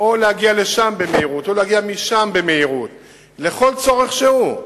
לשם ומשם לכל צורך שהוא,